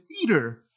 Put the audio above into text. Peter